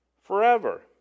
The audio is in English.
forever